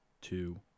two